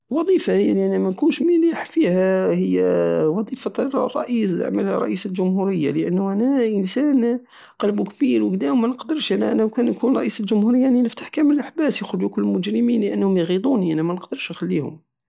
الالوظيفة الي انا منكونش مليح فيها هي وظيفة الر- الرئيس- الرئيس الجمهورية لانو انا انسان قلبو كبير وكدا ومنقدرش انا وكان نكون رئيس الجمهورية راني نفتح كامل لحباس يخرجو كل المجرمين لانهم يغيدوني ومنقدرش نخليهم